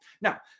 Now